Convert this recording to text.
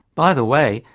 by the way,